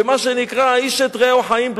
ומה שנקרא "איש את רעהו חיים בלעו".